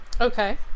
okay